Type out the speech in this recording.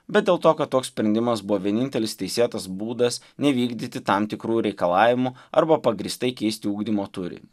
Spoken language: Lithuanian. bet dėl to kad toks sprendimas buvo vienintelis teisėtas būdas nevykdyti tam tikrų reikalavimų arba pagrįstai keisti ugdymo turinį